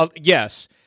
yes